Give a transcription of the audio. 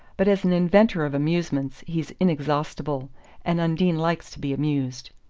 but as an inventor of amusements he's inexhaustible and undine likes to be amused.